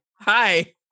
Hi